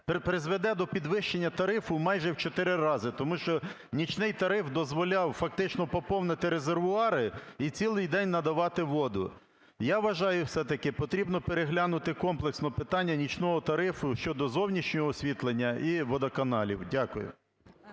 призведе до підвищення тарифу майже в 4 рази, тому що нічний тариф дозволяв фактично поповнити резервуари і цілий день надавати воду. Я вважаю, все-таки потрібно переглянути комплексно питання нічного тарифу щодо зовнішнього освітлення і водоканалів. Дякую.